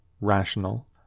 rational